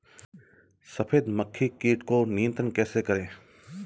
सफेद मक्खी कीट को नियंत्रण कैसे करें?